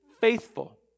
faithful